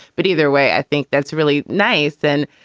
but either way, i think that's really nice. and,